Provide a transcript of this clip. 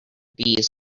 bees